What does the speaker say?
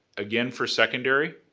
again, for secondary,